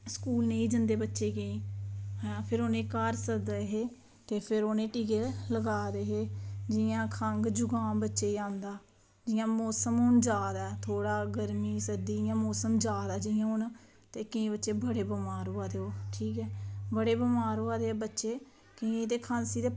school नेईं जंदे बच्चे केईं फिर उनेंगी घर सददे हे ते फिर उनेंगी टीके लगवा दे हे जियां खंघ जुकाम बच्चे गी आंदा जियां हून मौसम थोह्ड़ा जा दा ऐ गर्मी सर्दी मौसम हून जा दा ते केईं बच्चे बुरे बमार होआ दे ओह् ठीक ऐ बड़े बमार होआ दे बच्चे कि के खांसी ते